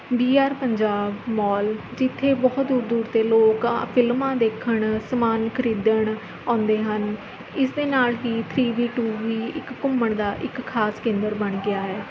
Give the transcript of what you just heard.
ਵੀ R Punjab mall ਜਿੱਥੇ ਬਹੁਤ ਦੂਰ ਦੂਰ ਤੋਂ ਲੋਕ ਫਿਲਮਾਂ ਦੇਖਣ ਸਮਾਨ ਖਰੀਦਣ ਆਉਂਦੇ ਹਨ ਇਸਦੇ ਨਾਲ ਹੀ ਥ੍ਰੀ ਬੀ ਟੂ ਵੀ ਇੱਕ ਘੁੰਮਣ ਦਾ ਇੱਕ ਖਾਸ ਕੇਂਦਰ ਬਣ ਗਿਆ ਹੈ